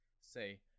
Say